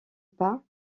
pas